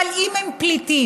אבל אם הם פליטים,